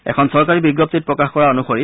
এখন চৰকাৰী বিজ্ঞপ্তিত প্ৰকাশ কৰা অনুসৰি